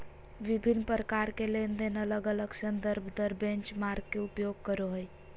विभिन्न प्रकार के लेनदेन अलग अलग संदर्भ दर बेंचमार्क के उपयोग करो हइ